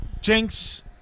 Jinx